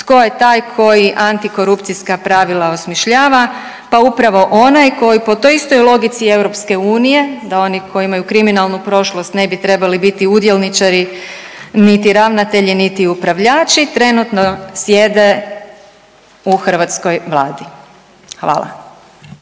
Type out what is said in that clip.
Tko je taj koji antikorupcijska pravila osmišljava? Pa upravo onaj koji po toj istoj logici EU da oni koji imaju kriminalnu prošlost ne bi trebali biti udjelničari, niti ravnatelji, niti upravljači trenutno sjede u hrvatskoj Vladi. Hvala.